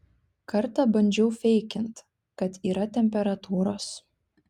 kartą bandžiau feikint kad yra temperatūros